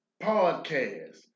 podcast